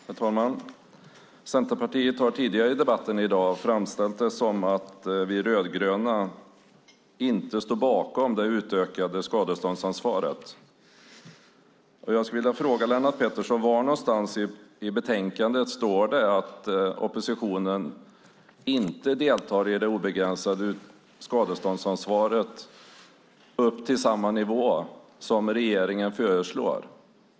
Herr talman! Centerpartiet har tidigare i debatten framställt det som att vi rödgröna inte står bakom förslaget om det utökade skadeståndsansvaret. Jag skulle vilja fråga Lennart Pettersson var i betänkandet det står att oppositionen inte är med på det obegränsade skadeståndsansvaret upp till samma nivå som regeringen föreslår.